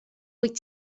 wyt